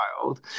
child